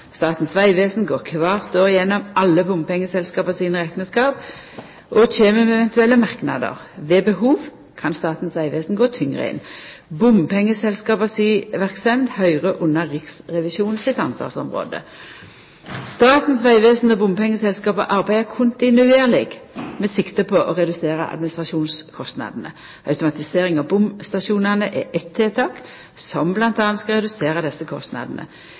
Statens vegvesen går kvart år gjennom alle bompengeselskapa sine rekneskap og kjem med eventuelle merknader. Ved behov kan Statens vegvesen gå tyngre inn. Bompengeselskapa si verksemd høyrer inn under Riksrevisjonen sitt ansvarsområde. Statens vegvesen og bompengeselskapa arbeider kontinuerleg med sikte på å redusera administrasjonskostnadene. Automatisering av bomstasjonane er eit tiltak som m.a. skal redusera desse kostnadene.